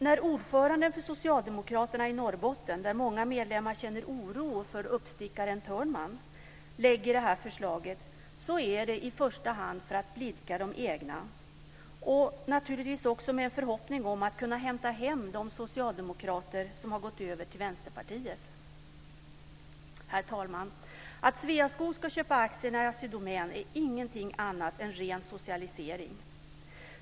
När ordföranden för Socialdemokraterna i Norrbotten - där många medlemmar känner oro för uppstickaren Törnman - lägger fram detta förslag är det i första hand för att blidka de egna och naturligtvis också med en förhoppning om att kunna hämta hem de socialdemokrater som har gått över till Vänsterpartiet. Herr talman! Att Sveaskog ska köpa aktierna i Assi Domän är ingenting annat än ren socialisering.